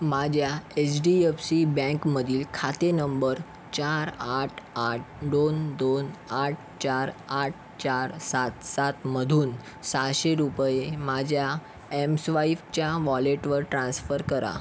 माझ्या H D F C बँकमधील खाते नंबर चार आठ आठ दोन दोन आठ चार आठ चार सात सात मधून सहाशे रुपये माझ्या एम स्वाईपच्या वॉलेटवर ट्रान्स्फर करा